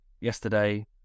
yesterday